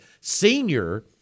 Senior